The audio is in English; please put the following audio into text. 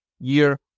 year